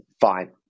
fine